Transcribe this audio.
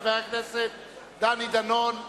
חבר הכנסת דני דנון.